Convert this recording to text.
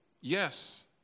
Yes